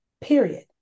period